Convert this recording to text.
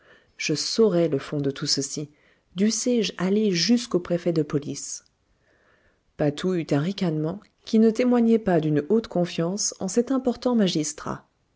je saurai le fond de tout ceci dussé-je aller jusqu'au préfet de police patou eut un ricanement qui ne témoignait pas d'une haute confiance en cet important magistrat